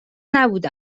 نبوده